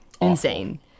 insane